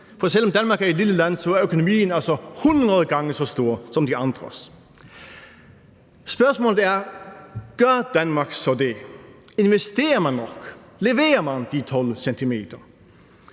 For selv om Danmark er et lille land, så er økonomien altså hundrede gange så stor som de andres. Spørgsmålet er: Gør Danmark så det? Investerer man nok? Leverer man de 12 cm?